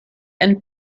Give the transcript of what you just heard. and